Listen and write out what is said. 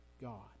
God